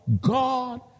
God